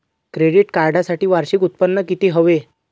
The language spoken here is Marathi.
क्रेडिट कार्डसाठी वार्षिक उत्त्पन्न किती हवे?